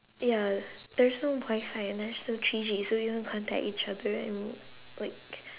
ya there's no WIFI and there's no three G so you can't contact each other and like